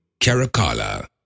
Caracalla